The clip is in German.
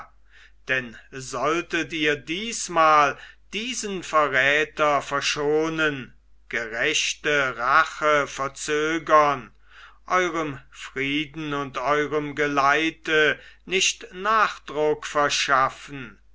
denn solltet ihr diesmal diesen verräter verschonen gerechte rache verzögern eurem frieden und eurem geleite nicht nachdruck verschaffen